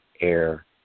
air